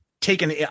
taken